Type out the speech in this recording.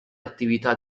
attività